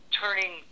turning